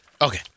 Okay